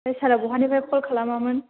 सारा बहानिफ्राय कल खालामामोन